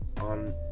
on